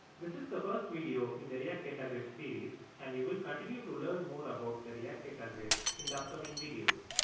this is the first video in the react data grid series and you will continue to learn more about the react data grid in the upcoming videos.